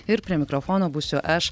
ir prie mikrofono būsiu aš